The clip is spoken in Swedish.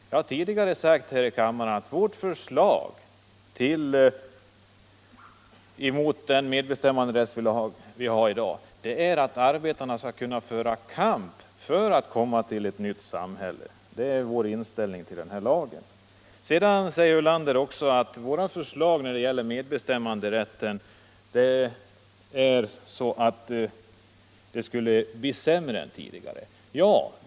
Jag har tidigare sagt här i kammaren att vårt förslag när det gäller lagstiftningen om medbestämmande är att arbetarna skall kunna föra kamp för att komma till ett nytt samhälle. Det är vår inställning till lagen. Sedan säger herr Ulander att ett genomförande av våra förslag när det gäller medbestämmanderätten skulle göra förhållandena sämre än tidigare.